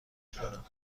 کنم